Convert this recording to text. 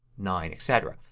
nine, etc.